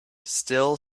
still